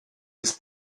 ist